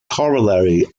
corollary